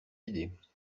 idées